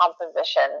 composition